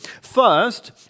First